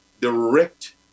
direct